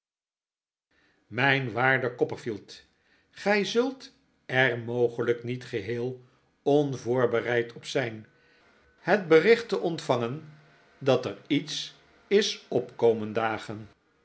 mijn waarde copperfield gij zult er mogelijk niet geheel bnvoorbereid op zijn het bericht te ontvangen dat er iets is op komen dagen